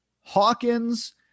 Hawkins